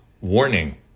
Warning